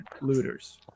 looters